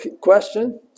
question